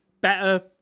better